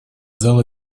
зала